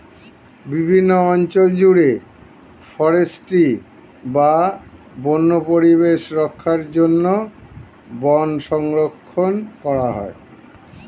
বিভিন্ন অঞ্চল জুড়ে ফরেস্ট্রি বা বন্য পরিবেশ রক্ষার জন্য বন সংরক্ষণ করা হয়